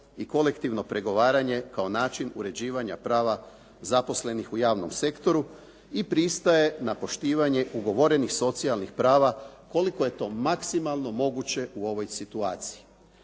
i kolektivno pregovaranje kao način uređivanja prava zaposlenih u javnom sektoru i pristaje na poštivanje ugovorenih socijalnih prava koliko je to maksimalno moguće u ovoj situaciji.